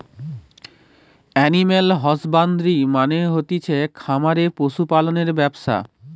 animal husbandry মানে হতিছে খামারে পশু পালনের ব্যবসা